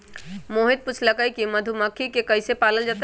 मोहित पूछलकई कि मधुमखि के कईसे पालल जतई